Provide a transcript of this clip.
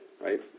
Right